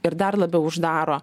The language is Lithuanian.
ir dar labiau uždaro